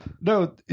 No